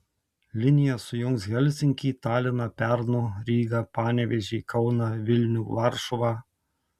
linija sujungs helsinkį taliną pernu rygą panevėžį kauną vilnių varšuvą